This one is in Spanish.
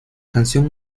canción